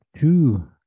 two